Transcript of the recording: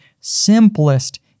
simplest